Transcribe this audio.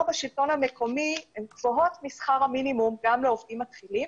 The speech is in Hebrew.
בשלטון המקומי הן גבוהות משכר המינימום גם לעובדים מתחילים.